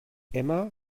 emma